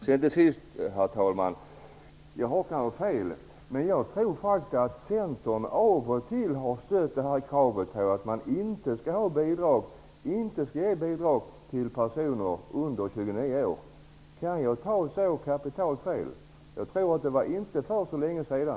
Till sist, herr talman: Jag har kanske fel, men jag tror faktiskt att Centern av och till har stött kravet på att man inte skall ge bidrag till personer under 29 år. Kan jag ta så kapitalt fel? Jag tror att det inte var så länge sedan.